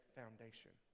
foundation